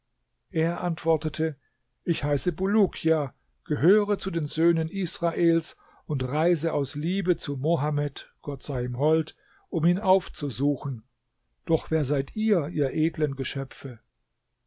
er antwortete ich heiße bulukia gehöre zu den söhnen israels und reise aus liebe zu mohammed gott sei ihm hold um ihn aufzusuchen doch wer seid ihr ihr edlen geschöpfe